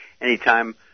anytime